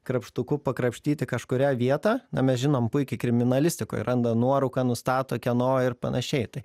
krapštuku pakrapštyti kažkurią vietą na mes žinom puikiai kriminalistikoj randa nuorūką nustato kieno ir panašiai tai